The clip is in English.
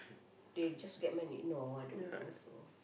they just get married no I don't think so